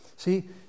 See